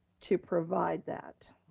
to provide that?